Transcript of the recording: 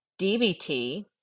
DBT